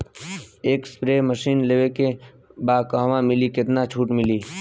एक spray machine लेवे के बा कहवा मिली केतना छूट मिली?